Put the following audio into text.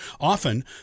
Often